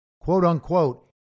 quote-unquote